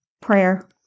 prayer